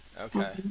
Okay